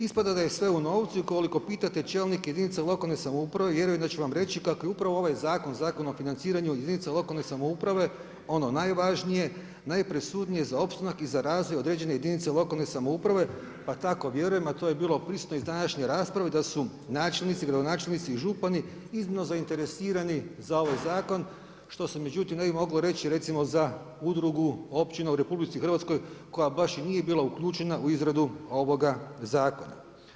Ispada da je sve u novcu i ukoliko pitate čelnike jedinica lokalne samouprave vjerujem da će vam reći, kako je upravo ovaj zakon, Zakon o financiranju jedinica lokalne samouprave ono najvažnije najpresudnije za opstanak i za razvoj određene jedinice lokalne samouprave pa tako vjerujem, a to je bilo prisutno iz današnje rasprave da su načelnici, gradonačelnici i župani iznimno zainteresirani za ovaj zakon što se međutim ne bi moglo reći recimo za Udrugu općina u RH koja baš i nije bila uključena u izradu ovoga zakona.